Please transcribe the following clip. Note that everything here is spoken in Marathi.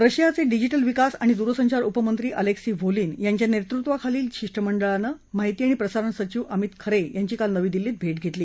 रशियाचे डीजीटल विकास आणि दूरसंचार उपमंत्री अलेक्सी वोलिन यांच्या नेतृत्वाखालील शिष्टमंडळानं माहिती आणि प्रसारण सचीव अमित खरे यांची काल नवी दिल्लीत भेट घेतली